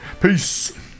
peace